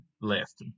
left